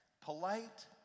polite